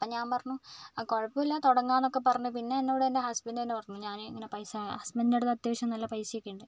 അപ്പം ഞാൻ പറഞ്ഞു ആ കുഴപ്പമില്ല തുടങ്ങാം എന്നൊക്കെ പറഞ്ഞു പിന്നെ എന്നോട് എൻ്റെ ഹസ്ബൻഡ് തന്നെ പറഞ്ഞു ഞാൻ ഇങ്ങനെ പൈസ ഹസ്ബന്റിൻ്റെ അടുത്ത് അത്യാവശ്യം നല്ല പൈസ ഒക്കെ ഉണ്ട്